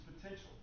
potential